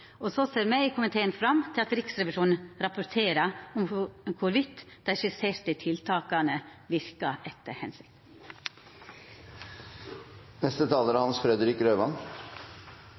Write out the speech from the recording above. Me i komiteen ser fram til at Riksrevisjonen rapporterer om dei skisserte tiltaka verkar etter